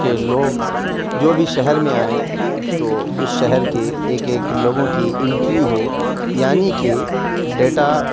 کہ لوگ جو بھی شہر میں آئیں تو اس شہر کے ایک ایک لوگوں کی انٹری ہو یعنی کہ ڈیٹا